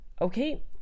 Okay